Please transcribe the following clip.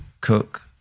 cook